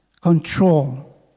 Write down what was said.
control